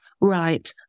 right